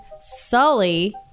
Sully